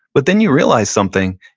but then you realize something,